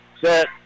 Set